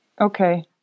Okay